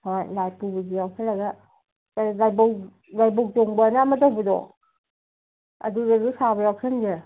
ꯍꯣꯏ ꯂꯥꯏ ꯄꯨꯕꯁꯨ ꯌꯥꯎꯁꯜꯂꯒ ꯀꯩꯅꯣ ꯂꯥꯏꯕꯧ ꯂꯥꯏꯕꯧ ꯆꯣꯡꯕꯅ ꯑꯃ ꯇꯧꯕꯗꯣ ꯑꯗꯨꯗꯁꯨ ꯁꯥꯕ ꯌꯥꯎꯁꯟꯁꯦ